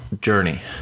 journey